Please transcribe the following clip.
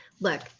Look